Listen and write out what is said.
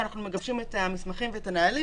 ואנחנו מגבשים את המסמכים ואת הנהלים